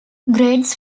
grades